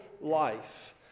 life